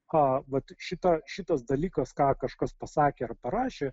ką vat šito šitas dalykas ką kažkas pasakė ar parašė